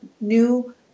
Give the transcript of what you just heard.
new